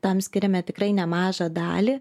tam skiriame tikrai nemažą dalį